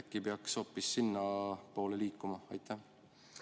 Äkki peaks hoopis sinnapoole liikuma? Aitäh!